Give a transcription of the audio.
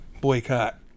boycott